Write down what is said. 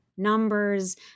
numbers